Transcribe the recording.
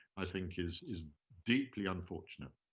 i think is is deeply unfortunate.